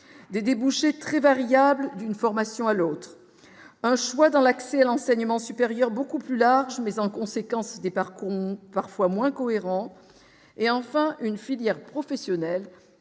des débouchés très variables d'une formation à l'autre, un choix dans l'accès à l'enseignement supérieur, beaucoup plus large, mais en conséquence des parcours parfois moins cohérent et enfin une filière professionnelle